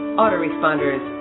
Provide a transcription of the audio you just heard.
autoresponders